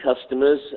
customers